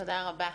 תודה רבה.